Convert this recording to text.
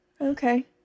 Okay